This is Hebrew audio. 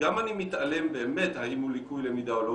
אני מתעלם באמת האם הוא לקוי למידה או לא,